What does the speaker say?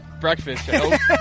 breakfast